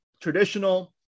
traditional